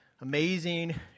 amazing